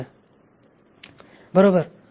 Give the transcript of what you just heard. रुपये आहे बरोबर